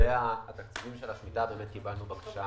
לגבי התקציבים של השמיטה קיבלנו בקשה